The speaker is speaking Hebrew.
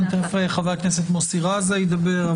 תכף חבר הכנסת מוסי רז ידבר.